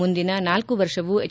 ಮುಂದಿನ ನಾಲ್ಕು ವರ್ಷವೂ ಎಚ್